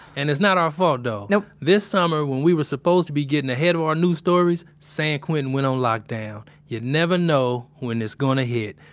and it's not our fault, though no this summer, when we were supposed to be getting ahead on our new stories, san quentin went on lockdown. you never know when it's gonna hit,